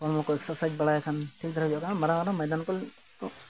ᱦᱚᱲᱢᱚ ᱠᱚ ᱮᱠᱥᱟᱨᱥᱟᱭᱤᱡᱽ ᱵᱟᱲᱟᱭ ᱠᱷᱟᱱ ᱴᱷᱤᱠ ᱫᱷᱟᱨᱟ ᱵᱩᱡᱷᱟᱹᱜ ᱠᱟᱱᱟ ᱢᱟᱨᱟᱝ ᱢᱟᱨᱟᱝ ᱢᱚᱭᱫᱟᱱ ᱠᱚ ᱱᱤᱛᱳᱜ